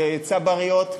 וצבריות,